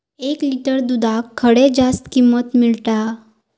एक लिटर दूधाक खडे जास्त किंमत मिळात?